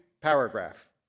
paragraph